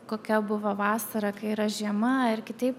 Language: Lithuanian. kokia buvo vasara kai yra žiema ir kitaip